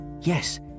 yes